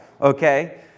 okay